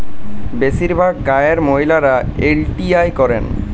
বেশিরভাগ গাঁয়ের মহিলারা এল.টি.আই করেন